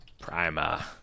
Prima